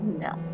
No